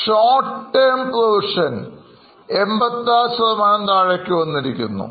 Short term provisions 86 താഴേയ്ക്കു വന്നു